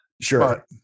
Sure